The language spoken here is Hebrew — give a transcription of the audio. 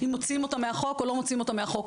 ואם מוציאים אותה מהחוק או לא מוציאים אותה מהחוק?